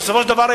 ובסופו של דבר,